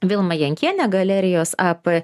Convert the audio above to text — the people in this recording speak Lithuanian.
vilma jankienė galerijos ap